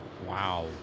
Wow